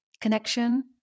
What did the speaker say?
connection